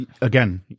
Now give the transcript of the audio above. again